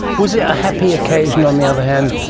was it a happy occasion, on the other hand,